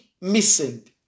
missing